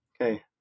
Okay